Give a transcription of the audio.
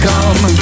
Come